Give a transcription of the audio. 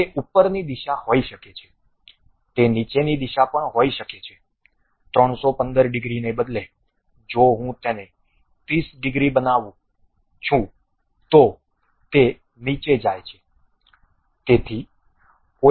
તે ઉપરની દિશા હોઈ શકે છે તે નીચેની દિશા પણ હશે 315 ડિગ્રીને બદલે જો હું તેને 30 ડિગ્રી બનાવું છું તો તે નીચે જાય છે